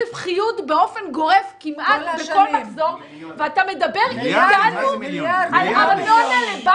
אתה באמת מדבר איתנו על ארנונה?